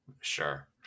sure